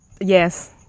Yes